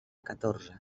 catorze